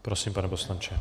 Prosím, pane poslanče.